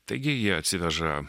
taigi jie atsiveža